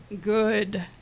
good